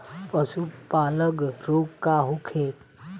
पशु प्लग रोग का होखे?